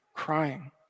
crying